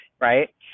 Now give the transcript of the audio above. Right